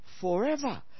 forever